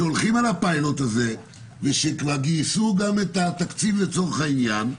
ושהולכים על הפילוט הזה ושגייסו כבר את התקציב לצורך העניין.